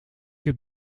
heb